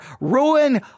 Ruin